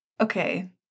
okay